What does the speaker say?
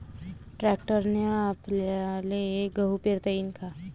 ट्रॅक्टरने आपल्याले गहू पेरता येईन का?